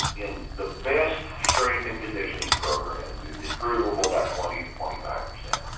in the best strength and conditioning program is improvable by twenty to twenty five percent.